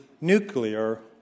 nuclear